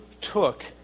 took